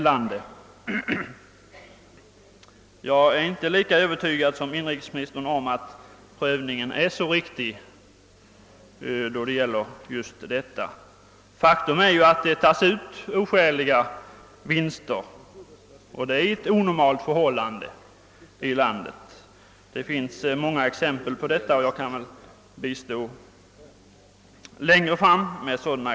Jag är emellertid inte lika överty gad som inrikesministern om att prövningen är riktig i det här avseendet, ty faktum är att det tas ut oskäliga vinster och att det råder ett onormalt förhållande. Det finns många exempel härpå och längre fram kan jag stå till tjänst med sådana.